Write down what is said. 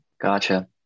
Gotcha